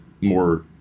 more